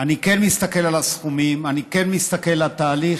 אני כן מסתכל על הסכומים, אני כן מסתכל על התהליך,